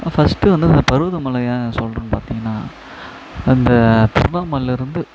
first வந்து அந்த பர்வதமல ஏன் சொல்கிறேன்னு பார்த்தீங்கன்னா அந்த திருவண்ணாமலைலேருந்து